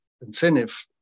incentive